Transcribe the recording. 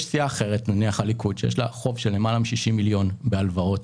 לסיעת הליכוד יש חוב של יותר מ-60 מיליון שקל בהלוואות,